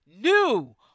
new